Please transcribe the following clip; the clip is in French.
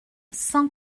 cent